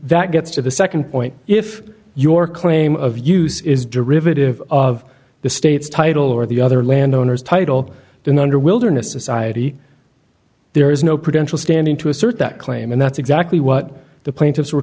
that gets to the nd point if your claim of use is derivative of the state's title or the other land owners title than under wilderness society there is no prudential standing to assert that claim and that's exactly what the plaintiffs were